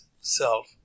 self